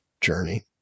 journey